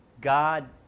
god